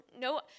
No